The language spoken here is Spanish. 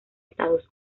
estados